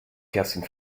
kerstin